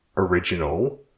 original